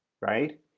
right